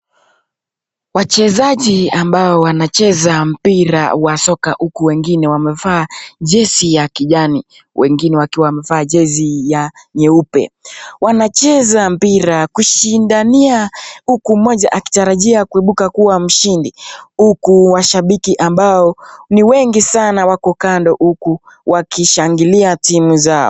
Wachezaji ambao wanacheza mpira wa soka huku wengine wamevaa jezi ya kijani wengine wakiwa wamevaa jezi ya nyeupe wanacheza mpira kushindania huku mmoja akitarajia kuvuka kuwa mshindi huku washabiki ambao ni wengi sana wako kando huku wakishangilia timu zao.